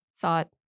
thought